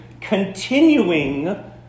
continuing